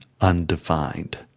undefined